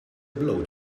blow